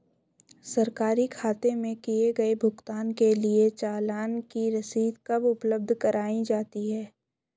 सरकारी खाते में किए गए भुगतान के लिए चालान की रसीद कब उपलब्ध कराईं जाती हैं?